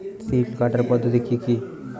তিল কাটার পদ্ধতি কি কি?